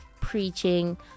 preaching